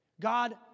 God